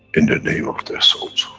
in the name of their souls,